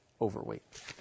overweight